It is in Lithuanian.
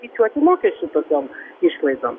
skaičiuoti mokesčių tokiom išlaidom